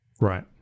Right